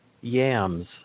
yams